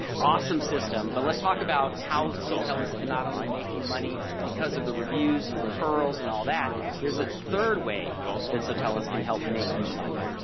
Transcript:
awesome system but let's talk about how. sotellus can not only make you money because of the reviews and the referrals and all that. there is a third way that sotellus can help make you money.